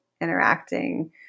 interacting